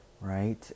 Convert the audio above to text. right